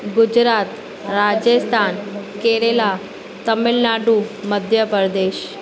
Gujarat Rajasthan Kerala Tamil Nadu Madhya Pradesh